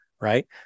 Right